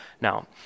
Now